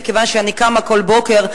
מכיוון שאני קמה כל בוקר,